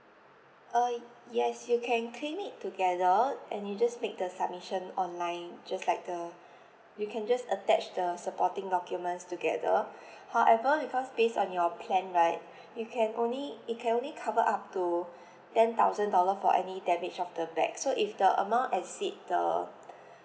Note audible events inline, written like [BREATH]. uh yes you can claim it together and you just make the submission online just like the you can just attach the supporting documents together [BREATH] however because based on your plan right you can only it can only cover up to [BREATH] ten thousand dollar for any damage of the bag so if the amount exceed the